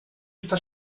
está